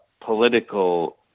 political